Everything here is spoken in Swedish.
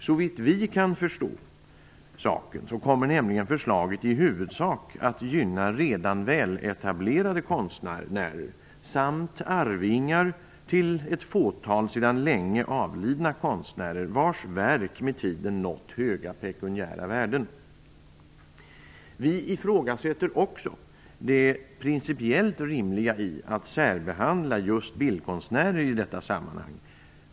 Såvitt vi kan förstå saken kommer nämligen förslaget i huvudsak att gynna redan väletablerade konstnärer samt arvingar till ett fåtal sedan länge avlidna konstnärer, vars verk med tiden nått höga pekuniära värden. Vi ifrågasätter också det principiellt rimliga i att särbehandla just bildkonstnärer i detta sammanhang.